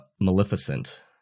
Maleficent